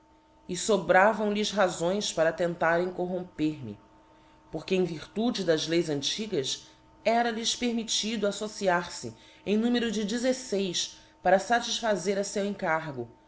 e fobravam lhes razões para tentarem corromper me porque em virtude das leis antigas era lhes permittido affociar fe em numero de dezefeis para fatifíazer a feu encargo